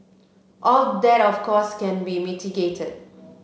all that of course can be mitigated